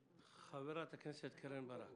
חברת הכנסת קרן ברק.